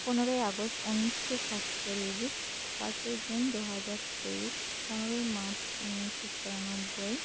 ᱯᱚᱱᱮᱨᱚᱭ ᱟᱜᱚᱥᱴ ᱩᱱᱱᱤᱥᱥᱚ ᱥᱟᱛᱪᱚᱞᱞᱤᱥ ᱯᱟᱸᱪᱚᱭ ᱡᱩᱱ ᱫᱩ ᱦᱟᱡᱟᱨ ᱛᱮᱭᱤᱥ ᱯᱚᱱᱨᱚᱭ ᱢᱟᱨᱪ ᱩᱱᱱᱤᱥᱥᱚ ᱛᱤᱨᱟᱱᱚᱵᱥᱵᱚᱭ